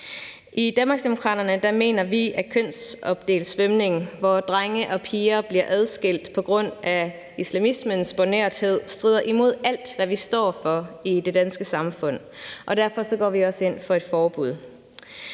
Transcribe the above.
I Danmarksdemokraterne mener vi, at kønsopdelt svømning, hvor drenge og piger bliver adskilt på grund af islamismens bornerthed, strider imod alt, hvad vi står for i det danske samfund, og derfor går vi også ind for et forbud.